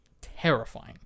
terrifying